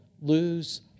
lose